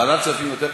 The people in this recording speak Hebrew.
ועדת כספים יותר חשוב?